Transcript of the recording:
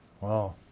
Wow